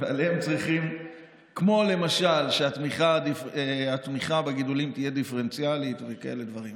כמו למשל שהתמיכה בגידולים תהיה דיפרנציאלית וכאלה דברים.